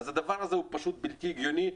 הדבר הזה הוא פשוט בלתי הגיוני.